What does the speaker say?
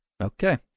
Okay